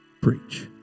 preach